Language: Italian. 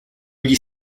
gli